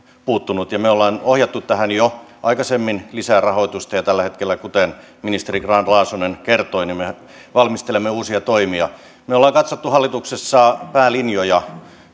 puuttunut me olemme ohjanneet tähän jo aikaisemmin lisää rahoitusta ja tällä hetkellä kuten ministeri grahn laasonen kertoi me valmistelemme uusia toimia me olemme katsoneet hallituksessa päälinjoja